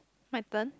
my turn